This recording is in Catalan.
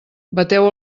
bateu